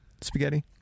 spaghetti